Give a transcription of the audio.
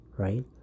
right